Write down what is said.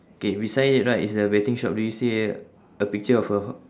K beside it right is the betting shop do you see a picture of a